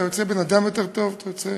אתה יוצא בן-אדם יותר טוב, אתה יוצא